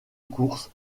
course